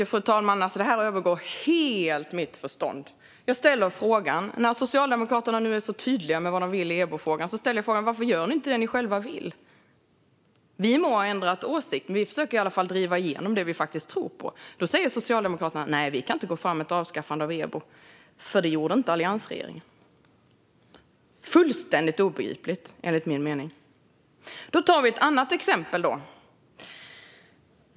Fru talman! Alltså, detta övergår helt mitt förstånd. Jag ställer frågan varför Socialdemokraterna, nu när de är så tydliga med vad de vill i EBO-frågan, inte gör det de själva vill. Vi må ha ändrat åsikt, men vi försöker i alla fall driva igenom det vi faktiskt tror på. Då säger Socialdemokraterna "Nej, vi kan inte gå fram med ett avskaffande av EBO, för det gjorde inte alliansregeringen". Fullständigt obegripligt, enligt min mening. Då tar vi ett annat exempel.